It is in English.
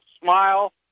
smile